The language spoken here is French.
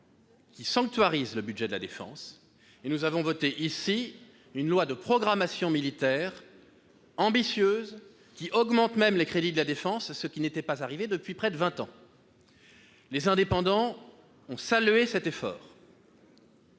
qui sanctuarise ce budget, et nous avons voté une loi de programmation militaire ambitieuse, qui augmente même les crédits de la défense, ce qui n'était pas arrivé depuis près de vingt ans. Les Indépendants ont salué cet effort.